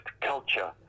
culture